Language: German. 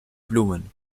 blumen